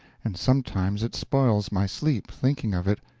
and sometimes it spoils my sleep, thinking of it,